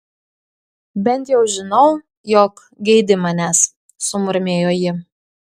bent jau žinau jog geidi manęs sumurmėjo ji